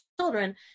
children